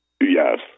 Yes